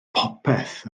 popeth